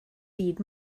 byd